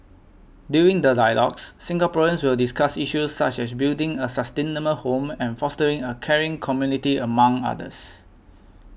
during the dialogues Singaporeans will discuss issues such as building a sustainable home and fostering a caring community among others